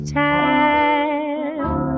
time